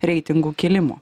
reitingų kėlimo